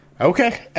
Okay